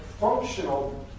functional